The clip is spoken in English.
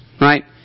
right